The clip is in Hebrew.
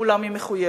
אולם היא מחויבת.